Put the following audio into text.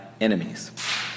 enemies